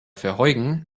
verheugen